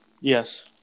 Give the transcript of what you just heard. yes